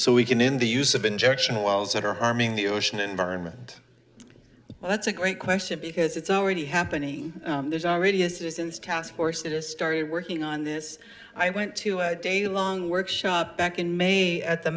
so we can in the use of injection wells that are harming the ocean environment well that's a great question because it's already happening there's already a citizens task force in istari working on this i went to a day long workshop back in may at the